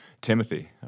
Timothy